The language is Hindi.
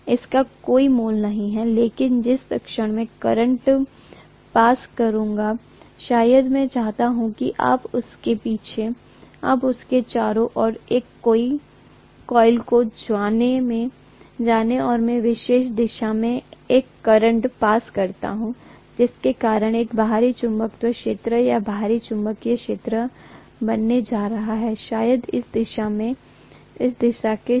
इसका कोई मोल नहीं है लेकिन जिस क्षण मैं करंट पास करूंगा शायद मैं चाहता हूं कि आप इसके चारों ओर की एक कोइल को जानें और मैं विशेष दिशा में एक करंट पास करता हूं जिसके कारण एक बाहरी चुंबकीय क्षेत्र या बाहरी चुंबकीय क्षेत्र बनने जा रहा है शायद इस दिशा के साथ